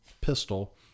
pistol